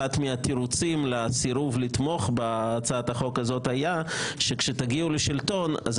אחד מהתירוצים לסירוב לתמוך בהצעת החוק הזאת היה שכשתגיעו לשלטון אז